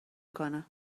کنه